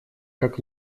как